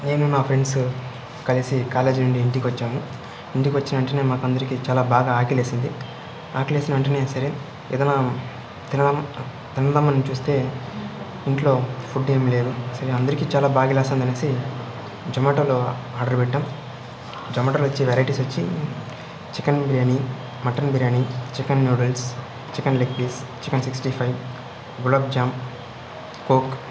నేను నా ఫ్రెండ్స్ కలిసి కాలేజీ నుండి ఇంటికి వచ్చాము ఇంటికి వచ్చిన వెంటనే మాకు అందరికీ చాలా బాగా ఆకలిసింది ఆకలిసిన వెంటనే సరే ఏదైనా తినం తిందాం అని చూస్తే ఇంట్లో ఫుడ్ ఏమీ లేదు సరే అందరికీ చాలా బాగా లేస్తాంది అనేసి జొమాటోలో ఆర్డర్ పెట్టాం జొమాటోలో వచ్చి వెరైటీస్ వచ్చి chicken biryani mutton biryani chicken noodles chicken leg piece chicken sixty five gulab jam coke